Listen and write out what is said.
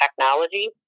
technology